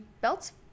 belts